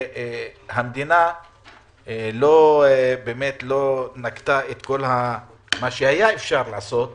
והמדינה לא נקטה את כל מה שהיה אפשר לעשות